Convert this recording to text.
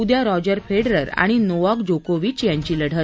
उद्या Roger Federer आणि Novak जोकोविच यांची लढत